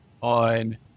on